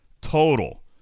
total